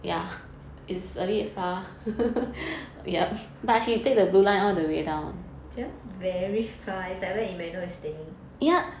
ya very far it's like where emmanuel is staying